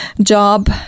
job